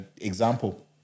example